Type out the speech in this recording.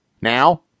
Now